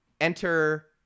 Enter